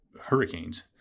hurricanes